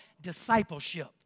discipleship